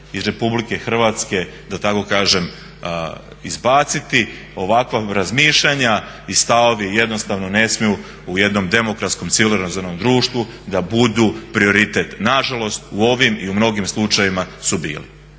iz Republike Hrvatske da tako kažem izbaciti, ovakva razmišljanja i stavovi jednostavno ne smiju u jednom demokratskom civiliziranom društvu da budu prioritet. Nažalost u ovim i u mnogim slučajevima su bili.